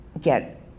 get